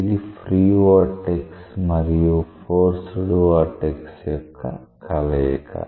ఇది free vortex మరియు forced vortex forced vortex యొక్క కలయిక